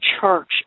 church